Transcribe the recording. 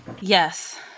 Yes